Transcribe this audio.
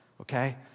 okay